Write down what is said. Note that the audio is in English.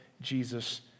Jesus